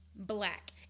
Black